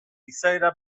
izaera